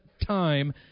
time